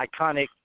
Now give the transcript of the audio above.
iconic